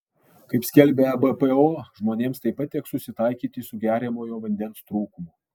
kaip skelbia ebpo žmonėms taip pat teks susitaikyti su geriamojo vandens trūkumu